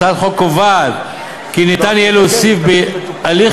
הצעת החוק קובעת כי יהיה אפשר להוסיף בהליך